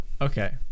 Okay